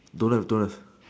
don't have don't have